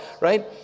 right